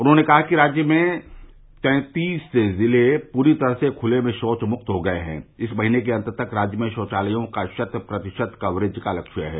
उन्होंने कहा कि राज्य में सैंतीस जिले पूरी तरह से खुले में शौच मुक्त हो गये हैं और इस महीने के अन्त तक राज्य में शौचालयों का शत प्रतिशत कवरेज का लक्ष्य है